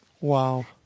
Wow